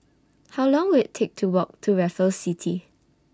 How Long Will IT Take to Walk to Raffles City